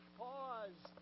pause